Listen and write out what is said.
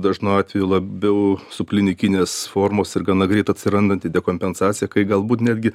dažnu atveju labiau subklinikinės formos ir gana greit atsirandanti dekompensacija kai galbūt netgi